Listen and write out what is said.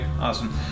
Awesome